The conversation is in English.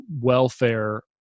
welfare